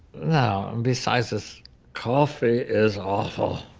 no, um besides, this coffee is awful.